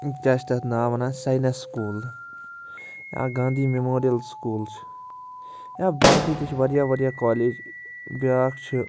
کیٛاہ چھِ تَتھ ناو وَنان ساینَس سُکوٗل یا گانٛدھی مٮ۪موریَل سُکوٗل چھِ یا باقٕے تہِ چھِ واریاہ واریاہ کالیج بیٛاکھ چھِ